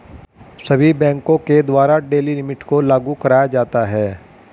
सभी बैंकों के द्वारा डेली लिमिट को लागू कराया जाता है